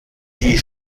die